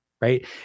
right